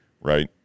right